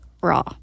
raw